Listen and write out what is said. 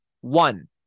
one